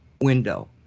window